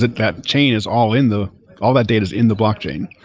that that chain is all in the all that data is in the blocking.